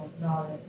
knowledge